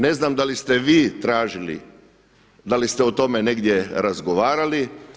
Ne znam da li ste vi tražili, da li ste o tome negdje razgovarali.